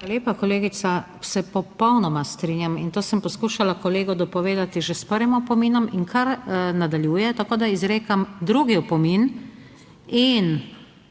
PODPREDSEDNICA NATAŠA SUKIČ: Hvala lepa, kolegica. Se popolnoma strinjam in to sem poskušala kolegu dopovedati že s prvim opominom in kar nadaljuje, tako, da izrekam drugi opomin in